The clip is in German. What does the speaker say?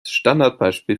standardbeispiel